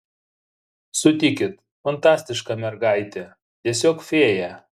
sutikit fantastiška mergaitė tiesiog fėja